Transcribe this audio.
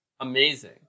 amazing